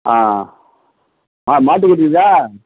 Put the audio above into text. ஆ ஆ மாட்டுகறி இருக்கா